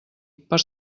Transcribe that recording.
per